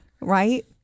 right